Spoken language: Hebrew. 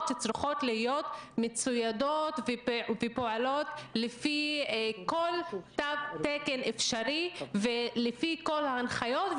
שצריכות להיות מצוידות ופועלות לפי כל תו תקן אפשרי ולפי כל ההנחיות.